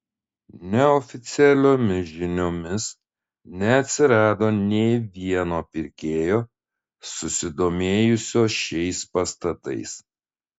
neoficialiomis žiniomis neatsirado nė vieno pirkėjo susidomėjusio šiais pastatais